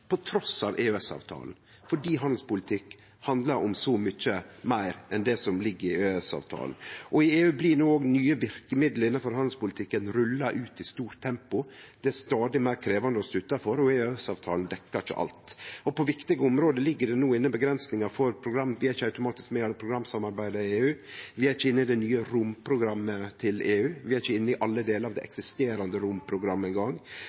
fordi handelspolitikk handlar om så mykje meir enn det som ligg i EØS-avtalen. I EU blir òg nye verkemiddel innanfor handelspolitikken no rulla ut i stort tempo; det er stadig meir krevjande å stå utanfor, og EØS-avtalen dekkjer ikkje alt. På viktige område ligg det no inne avgrensingar for program, vi er ikkje automatisk med i alle programsamarbeida i EU. Vi er ikkje inne i det nye romprogrammet til EU; vi er ikkje eingong inne i alle delar av det eksisterande romprogrammet. Det er avgrensingar i